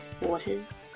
waters